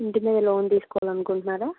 ఇంటి మీద లోన్ తీసుకోవాలి అనుకుంటున్నారా